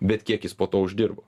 bet kiek jis po to uždirbo